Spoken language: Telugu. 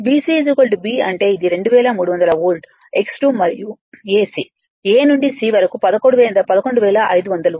BC B అంటే అది 2300 వోల్ట్ X2 మరియు AC A నుండి C వరకు 11500 వోల్ట్